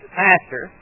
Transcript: pastor